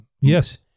Yes